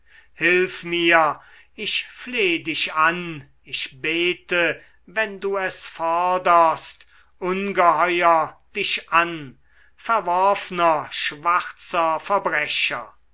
hilf mir ich flehe dich an ich bete wenn du es forderst ungeheuer dich an verworfner schwarzer verbrecher